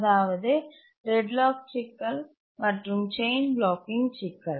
அதாவது டெட்லாக் சிக்கல் மற்றும் செயின் பிளாக்கிங் சிக்கல்